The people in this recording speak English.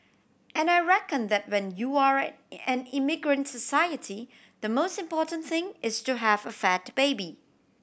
and I reckon that when you're an immigrant society the most important thing is to have a fat baby